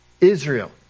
Israel